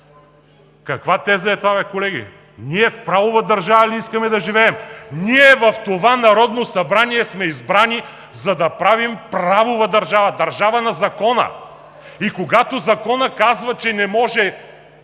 Каква теза е това, колеги? Ние в правова държава ли искаме да живеем? Ние в това Народно събрание сме избрани, за да правим правова държава, държава на закона. Когато законът казва, че не може